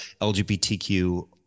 LGBTQ